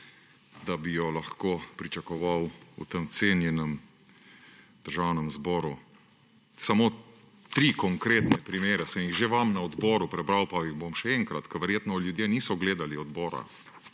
da bi jo lahko pričakoval v tem cenjenem državnem zboru. Samo tri konkretne primere sem vam že na odboru prebral, pa jih bom še enkrat, ker verjetno ljudje niso gledali odbora.